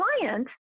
client